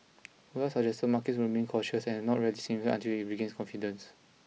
Colas suggested markets would remain cautious and not rally significantly until it regains confidence